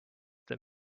that